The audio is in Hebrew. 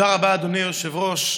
תודה רבה, אדוני היושב-ראש.